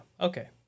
Okay